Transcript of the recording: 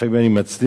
לפעמים אני מצליח,